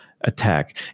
attack